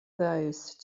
those